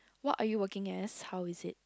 what are you working as how is it